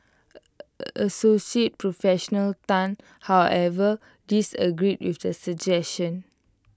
associate professional Tan however disagreed with the suggestion